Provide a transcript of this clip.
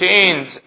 Chains